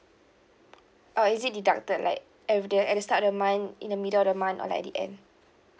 uh is it deducted like everyday at the start of the month in the middle the month or like at the end